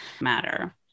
matter